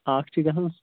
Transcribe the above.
اَکھ چھِ گژھان